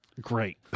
Great